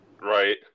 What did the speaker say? Right